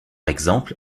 exemple